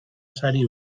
sari